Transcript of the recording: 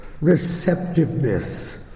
receptiveness